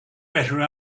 better